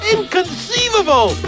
Inconceivable